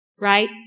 Right